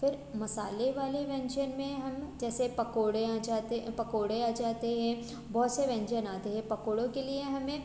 फिर मसाले वाले व्यंजन में हम जैसे पकोड़े आ जाते हैं पकोड़े आ जाते हैं बहुत से व्यंजन आते हैं पकड़ो के लिए हमें